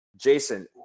Jason